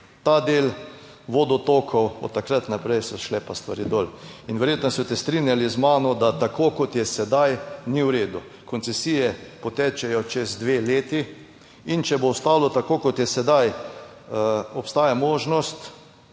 ta del vodotokov, od takrat naprej so šle pa stvari dol in verjetno se boste strinjali z mano, da tako kot je sedaj, ni v redu. Koncesije potečejo čez dve leti in če bo ostalo tako, kot je sedaj, obstaja možnost,